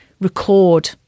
record